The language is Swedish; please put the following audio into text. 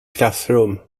klassrum